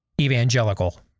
evangelical